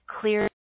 clear